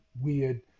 weird